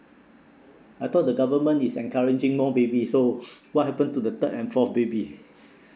I thought the government is encouraging more baby so what happen to the third and forth baby